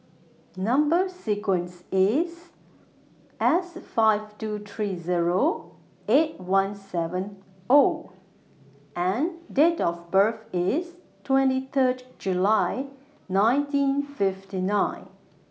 Number sequence IS S five two three Zero eight one seven O and Date of birth IS twenty Third July nineteen fifty nine